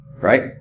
right